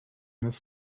his